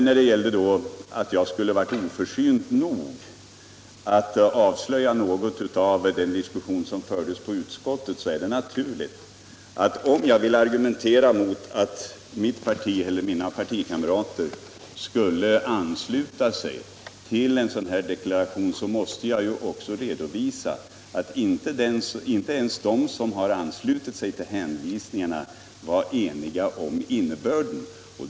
Apropå att jag skulle vara oförsynt nog att avslöja en del av den diskussion som fördes i utskottet är det naturligt att jag, om jag vill argumentera för att mina partikamrater inte ansluter sig till en sådan här deklaration, också redovisar att inte ens de som har anslutit sig till dessa hänvisningar var eniga om innebörden.